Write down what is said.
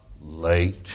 late